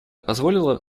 позволило